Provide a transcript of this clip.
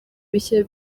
bishya